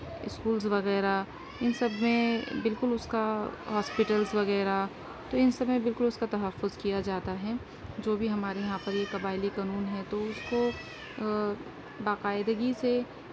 schools وغیرہ ان سب میں بالکل اس کا ہاسپٹلس وغیرہ تو ان سب میں بالکل اس کا تحفظ کیا جاتا ہے جو بھی ہمارے یہاں پر یہ قبائلی قانون ہیں تو اس کو باقاعدگی سے